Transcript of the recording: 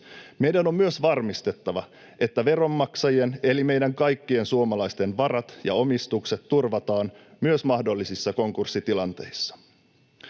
Meidän on myös varmistettava, että veronmaksajien, eli meidän kaikkien suomalaisten, varat ja omistukset turvataan myös mahdollisissa konkurssitilanteissa.